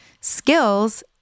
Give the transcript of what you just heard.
skills